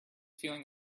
feeling